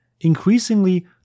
Increasingly